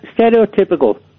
Stereotypical